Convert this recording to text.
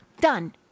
Done